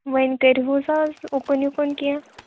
وۅنۍ کٔرۍہوس حظ اوٚکُن یِکُن کیٚنٛہہ